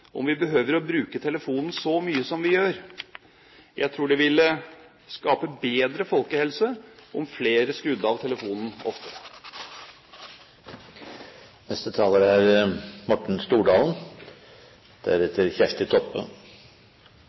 om vi behøver å bruke telefonen så mye som vi gjør. Jeg tror det ville skape bedre folkehelse om flere skrudde av telefonen